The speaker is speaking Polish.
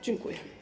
Dziękuję.